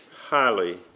highly